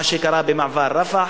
מה שקרה במעבר רפח,